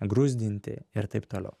gruzdinti ir taip toliau